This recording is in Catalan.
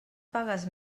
pagues